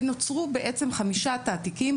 נוצרו חמישה תעתיקים,